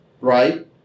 right